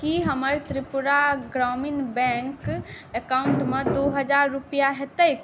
की हमर त्रिपुरा ग्रामीण बैंक अकाउंटमे दू हजार रूपैआ हेतैक